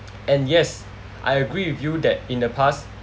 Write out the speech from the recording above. and yes I agree with you that in the past